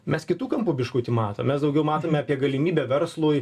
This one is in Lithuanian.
mes kitu kampu biškutį matom mes daugiau matome apie galimybę verslui